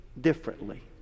differently